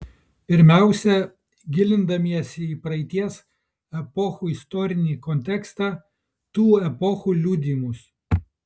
pirmiausia gilindamiesi į praeities epochų istorinį kontekstą tų epochų liudijimus